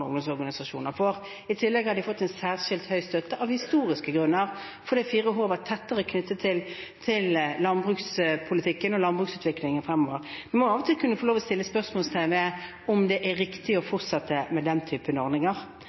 og ungdomsorganisasjoner får. I tillegg har de fått en særskilt høy støtte av historiske grunner fordi 4H har vært tettere knyttet til landbrukspolitikken og landbruksutviklingen fremover. Noe annet man kunne få lov å sette spørsmålstegn ved, er om det er riktig å fortsette med den typen ordninger.